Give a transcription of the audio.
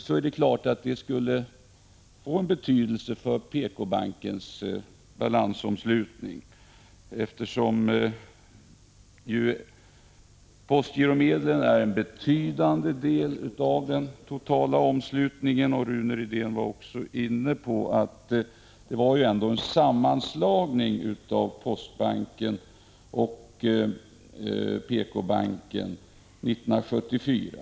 Det är klart att det skulle få betydelse för PK-bankens balansomslutning, eftersom ju postgiromedlen är en betydande del av den totala omslutningen. Rune Rydén påpekade att det var en sammanslagning av Postbanken och PK-banken 1974.